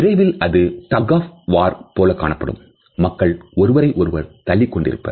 விரைவில் அது tug of war போல காணப்படும் மக்கள் ஒருவரை ஒருவர் தள்ளிக் கொண்டிருப்பர்